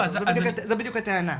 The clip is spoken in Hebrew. זו בדוק הטענה.